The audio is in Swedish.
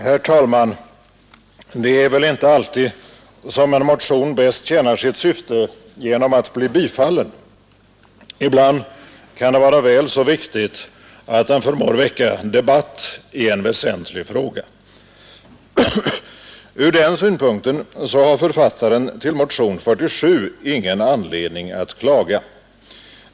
Herr talman! Det är väl inte alltid som en motion bäst tjänar sitt syfte genom att bli bifallen. Ibland kan det vara väl så viktigt att den förmår väcka debatt i en väsentlig fråga. Ur den synpunkten har författaren till motion 47 ingen anledning att klaga.